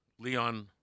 Leon